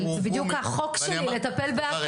כל השמות שהועברו ואני אמרתי -- זה בדיוק החוק שלי לטפל בהכול,